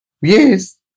Yes